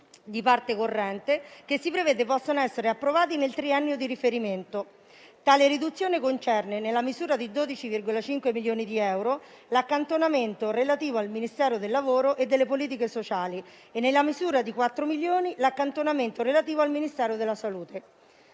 di parte corrente, che si prevede possano essere approvati nel triennio di riferimento. Tale riduzione concerne, nella misura di 12,5 milioni di euro, l'accantonamento relativo al Ministero del lavoro e delle politiche sociali e, nella misura di 4 milioni, quello relativo al Ministero della salute.